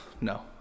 no